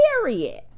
Period